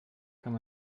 kann